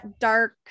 dark